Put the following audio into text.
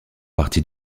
partie